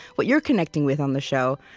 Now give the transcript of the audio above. what you're connecting with on the show,